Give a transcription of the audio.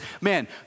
Man